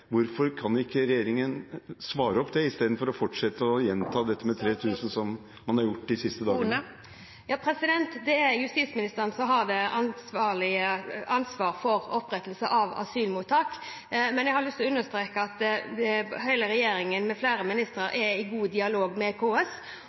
hvorfor kan ikke regjeringen svare på det istedenfor å gjenta dette med 3 000, som man har gjort de siste dagene? Det er justisministeren som har ansvar for opprettelse av asylmottak, men jeg har lyst til å understreke at hele regjeringen med flere ministere er i god dialog med KS.